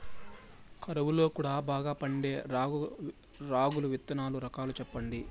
కరువు లో కూడా బాగా పండే రాగులు విత్తనాలు రకాలు చెప్పండి?